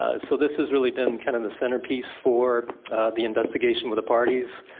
ah so this has really been kind of the centerpiece for the investigation with the parties,